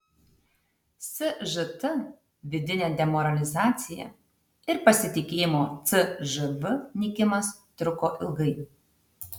sžt vidinė demoralizacija ir pasitikėjimo cžv nykimas truko ilgai